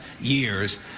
years